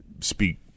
speak